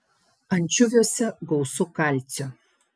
ančiuviuose gausu kalcio